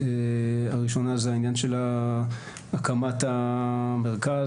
הראשונה זה העניין של הקמת המרכז,